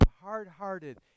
hard-hearted